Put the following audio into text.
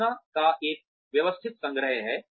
सूचना का एक व्यवस्थित संग्रह है